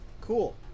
Cool